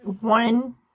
One